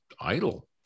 idle